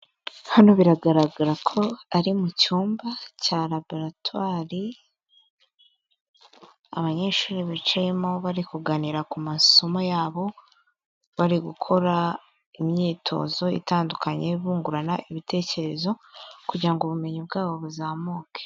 Hano biragaragara ko ari mu cyumba cya raboratwari, abanyeshuri bicayemo bari kuganira ku masomo yabo, bari gukora imyitozo itandukanye, bungurana ibitekerezo kugira ngo ubumenyi bwabo buzamuke.